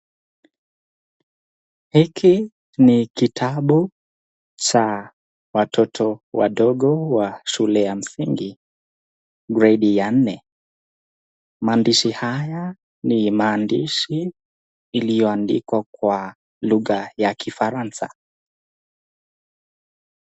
Hiki ni kitabu cha watoto wadogo wa shule ya msingi, gredi ya nne. Maandishi haya ni maandishi iliyoandikwa kwa lugha ya kifaransa.